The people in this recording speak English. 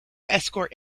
escort